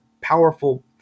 powerful